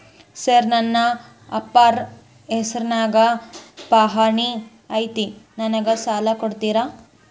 Sir ನನ್ನ ಅಪ್ಪಾರ ಹೆಸರಿನ್ಯಾಗ್ ಪಹಣಿ ಐತಿ ನನಗ ಸಾಲ ಕೊಡ್ತೇರಾ?